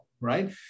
right